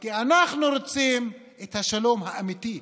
כי אנחנו רוצים את השלום האמיתי,